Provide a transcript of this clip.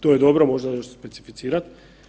To je dobro, možda još specificirat.